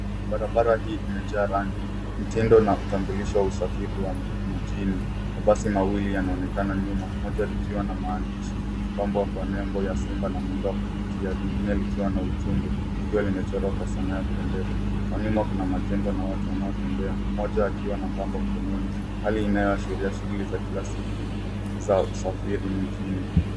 Barabara hii imejaa ya rangi mtindo na utambulisho wa usafiri wa mijini. Mabasi mawili yanaonekana moja ikiwa na maandishi yenye nembo simba na muundo wa kuvutia lingine likiwa na ujumbe limechorwa wa Sanaa wa kupendeza. Kwa nyuma kuna majengo na watu wanao tembea mmoja akiwa na bango kubwa hali inayoashiria shughuli za kila siku za usafiri mjini.